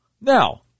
Now